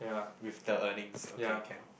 with the earnings okay can